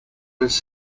was